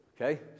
Okay